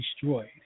destroyed